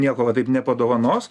nieko va taip nepadovanos